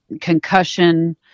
Concussion